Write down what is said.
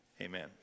Amen